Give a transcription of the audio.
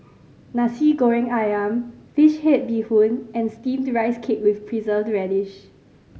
Nasi Goreng Ayam fish head bee hoon and Steamed Rice Cake with Preserved Radish